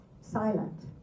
silent